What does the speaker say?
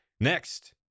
next